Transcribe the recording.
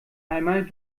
einmal